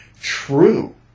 true